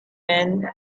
men